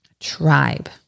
tribe